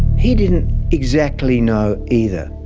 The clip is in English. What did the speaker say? he didn't exactly know either.